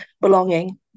belonging